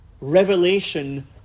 revelation